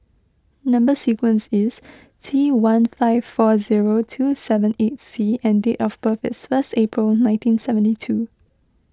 Number Sequence is T one five four zero two seven eight C and date of birth is first April nineteen seventy two